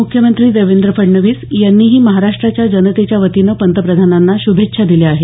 मुख्यमंत्री देवेंद्र फडणवीस यांनीही महाराष्ट्राच्या जनतेच्या वतीनं पंतप्रधानांना श्भेच्छा दिल्या आहेत